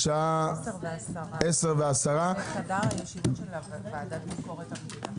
הרוויזיה בשעה 10:10 בחדר הישיבות של הוועדה לענייני ביקורת המדינה.